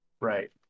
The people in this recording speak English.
right